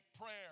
prayer